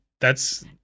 that's-